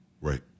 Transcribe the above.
Right